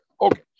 Okay